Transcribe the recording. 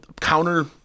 counter